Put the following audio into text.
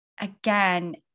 again